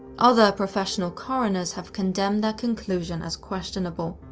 other professional coroners have condemned their conclusion as questionable.